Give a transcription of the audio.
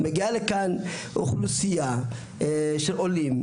מגיעה לפה אוכלוסיית עולים,